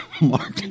Mark